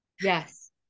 Yes